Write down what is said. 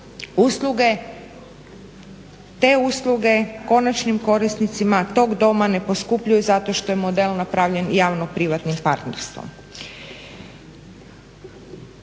usluge, te usluge konačnim korisnicima tog doma ne poskupljuju zato što je model napravljen javno-privatnim partnerstvom.